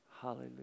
Hallelujah